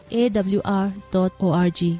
awr.org